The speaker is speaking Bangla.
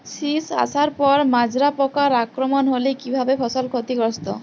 শীষ আসার পর মাজরা পোকার আক্রমণ হলে কী ভাবে ফসল ক্ষতিগ্রস্ত?